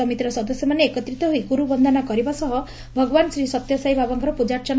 ସମିତିର ସଦସ୍ୟମାନେ ଏକତ୍ରିତ ହୋଇ ଗୁରୁ ବନ୍ଦନା କରିବା ସହ ଭଗବାନ ଶ୍ରୀସତ୍ୟସାଇ ବାବାଙ୍କର ପୂଜାର୍ଚ୍ଚନା କରିଥିଲେ